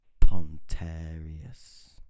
Pontarius